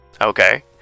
Okay